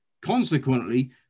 Consequently